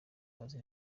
bazi